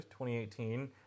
2018